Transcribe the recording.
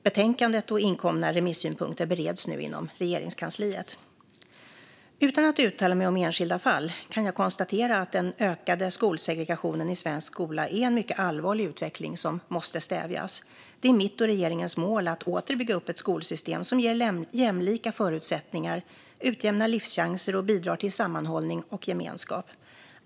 Betänkandet och inkomna remissynpunkter bereds nu inom Regeringskansliet. Utan att uttala mig om enskilda fall kan jag konstatera att den ökade skolsegregationen i svensk skola är en mycket allvarlig utveckling som måste stävjas. Det är mitt och regeringens mål att åter bygga upp ett skolsystem som ger jämlika förutsättningar, utjämnar livschanser och bidrar till sammanhållning och gemenskap.